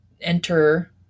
enter